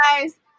guys